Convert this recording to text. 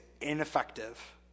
ineffective